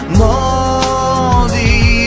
moldy